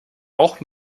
auch